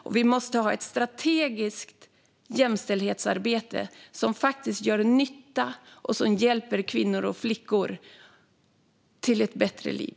Och vi måste ha ett strategiskt jämställdhetsarbete som gör nytta och som hjälper kvinnor och flickor till ett bättre liv.